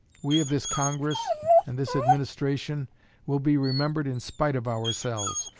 we of this congress and this administration will be remembered in spite of ourselves.